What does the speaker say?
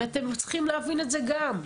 אתם צריכים להבין את זה גם,